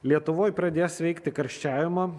lietuvoj pradės veikti karščiavimo